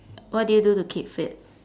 what do you do to keep fit